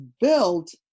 built